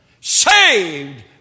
Saved